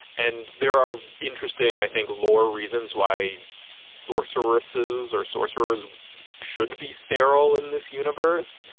and there are interesting, i think law reasons why sorcerer verses or sorcerers shouldn't be sterile in this universe,